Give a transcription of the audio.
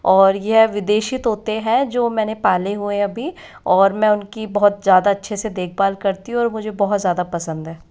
और यह विदेशी तोते है जो मैंने पालें हुए है अभी और मैं उनकी बहुत ज़्यादा अच्छे से उनकी देखभाल करती हूँ और मुझे बहुत ज़्यादा पसंद है